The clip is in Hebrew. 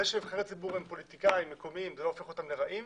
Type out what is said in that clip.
העובדה שנבחרי ציבור הם פוליטיקאים מקומיים לא הופך אותם לרעים